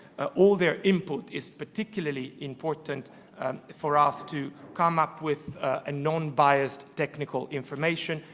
all their input is particularly important for us to come up with ah known biased technical information,